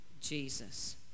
Jesus